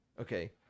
okay